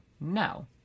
No